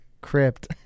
crypt